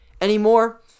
anymore